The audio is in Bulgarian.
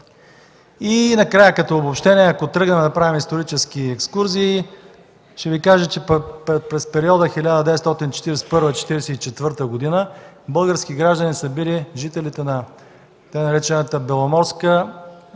И накрая като обобщение, ако тръгнем да правим исторически екскурзии, ще Ви кажа, че през периода 1941-44 г. български граждани са били жителите на така наречената